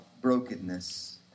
brokenness